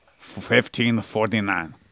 1549